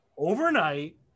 Overnight